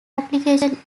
application